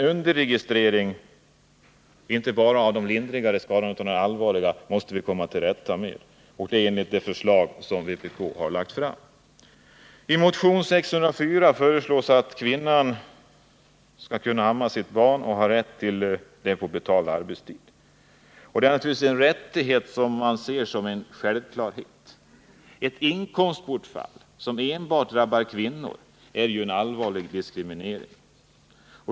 Underregistreringen, inte bara av de lindrigare skadorna utan också av de allvarliga, måste vi komma till rätta med, och det enligt det förslag som vpk har lagt fram. I motion 604 föreslås att kvinna skall ha rätt att amma sitt barn på betald arbetstid. Det är naturligtvis en rättighet som man ser som en självklarhet. Ett inkomstbortfall som enbart drabbar kvinnor är ju en allvarlig diskriminering.